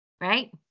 Right